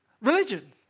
religion